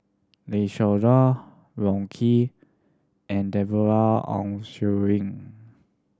Lim Siong Guan Wong Keen and Deborah Ong